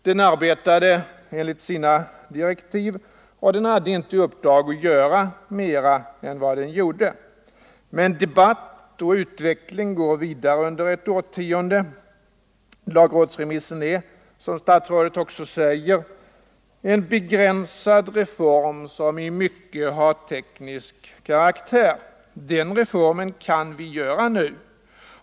Den arbetade enligt sina direktiv, och den hade inte i uppdrag att göra mera än vad den gjorde. Men debatt och utveckling går vidare under ett årtionde. Lagrådsremissen är, som statsrådet också säger, en begränsad reform som i mycket har teknisk karaktär. Den reformen kan vi genomföra nu.